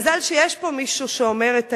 מזל שיש פה מישהו שאומר את האמת.